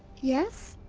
yes?